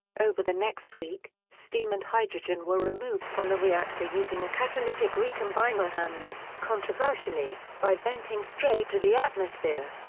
over the next week, steam and hydrogen were removed from the reactor using a catalytic recombiner and, controversially, by venting straight to the atmosphere.